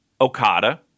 Okada